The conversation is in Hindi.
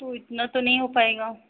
तो इतना तो नहीं हो पायेगा